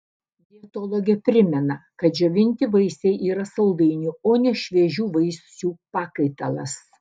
dietologė primena kad džiovinti vaisiai yra saldainių o ne šviežių vaisių pakaitalas